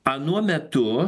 anuo metu